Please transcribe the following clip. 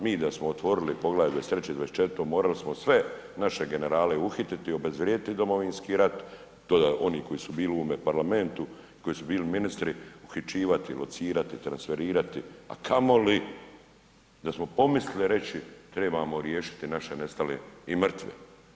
Mi da smo otvorili Poglavlje 23. i 24. morali smo sve naše generale uhititi, obezvrijediti Domovinski rat, to oni koji su bili u ovome parlamentu, koji su bili ministri, uhićivati, locirati, transferirati, a kamoli da smo pomislili reći trebamo riješiti naše nestale i mrtve.